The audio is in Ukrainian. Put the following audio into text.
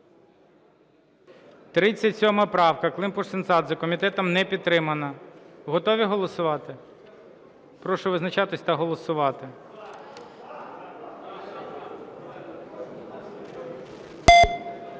37 правка, Климпуш-Цинцадзе. Комітетом не підтримана. Готові голосувати? Прошу визначатися та голосувати.